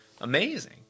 Amazing